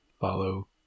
follow